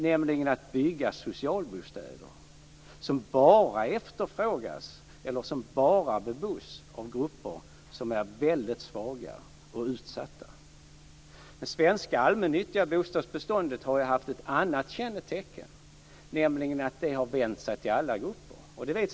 Där har man byggt socialbostäder som bara efterfrågas, eller som bara bebos, av grupper som är väldigt svaga och utsatta. Det svenska allmännyttiga bostadsbeståndet har ju haft ett annat kännetecken, nämligen att det har vänt sig till alla grupper.